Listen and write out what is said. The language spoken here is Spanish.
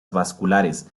vasculares